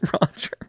Roger